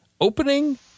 Opening